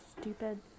stupid